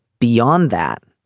beyond that.